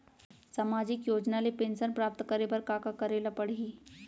सामाजिक योजना ले पेंशन प्राप्त करे बर का का करे ल पड़ही?